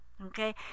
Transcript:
okay